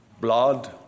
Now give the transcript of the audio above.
blood